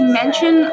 mention